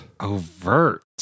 Overt